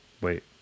Wait